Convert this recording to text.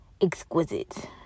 exquisite